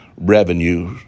revenue